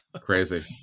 Crazy